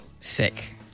Sick